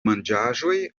manĝaĵoj